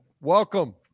welcome